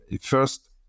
first